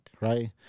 right